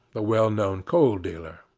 the well-known coal-dealer.